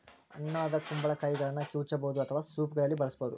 ಹಣ್ಣಾದ ಕುಂಬಳಕಾಯಿಗಳನ್ನ ಕಿವುಚಬಹುದು ಅಥವಾ ಸೂಪ್ಗಳಲ್ಲಿ ಬಳಸಬೋದು